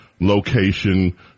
location